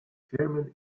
chairman